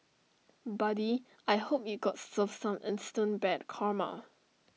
buddy I hope you got served some instant bad karma